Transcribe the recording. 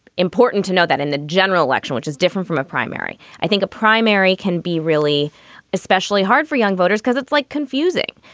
important to know that in the general election, which is different from a primary, i think a primary can be really especially hard for young voters because it's like confusing.